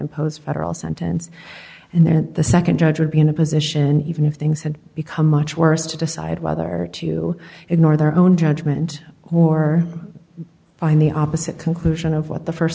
mpose federal sentence and then the nd judge would be in a position even if things had become much worse to decide whether to ignore their own judgment or by the opposite conclusion of what the